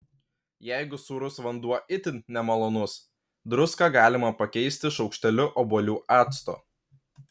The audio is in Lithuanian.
jeigu sūrus vanduo itin nemalonus druską galima pakeisti šaukšteliu obuolių acto